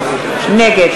נגד